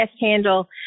handle